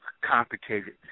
complicated